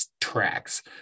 tracks